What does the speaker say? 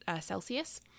Celsius